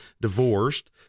divorced